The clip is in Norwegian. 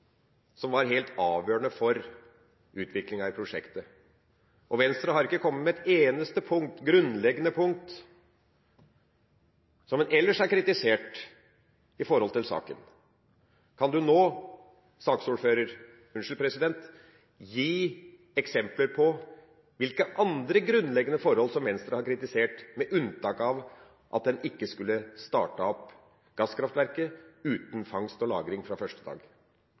som var helt avgjørende for utviklinga i prosjektet, og Venstre har ikke kommet med et eneste grunnleggende punkt som man ellers har kritisert når det gjelder saken. Kan saksordføreren nå gi eksempler på hvilke andre grunnleggende forhold Venstre har kritisert, med unntak av at man ikke skulle startet opp gasskraftverket uten fangst og lagring fra første dag?